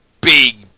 big